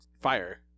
fire